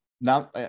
now